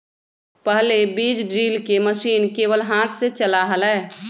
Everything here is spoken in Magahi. पहले बीज ड्रिल के मशीन केवल हाथ से चला हलय